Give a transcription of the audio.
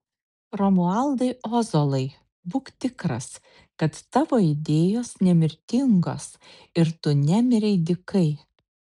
romualdai ozolai būk tikras kad tavo idėjos nemirtingos ir tu nemirei dykai